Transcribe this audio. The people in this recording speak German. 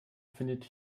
findet